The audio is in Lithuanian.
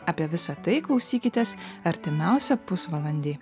apie visa tai klausykitės artimiausią pusvalandį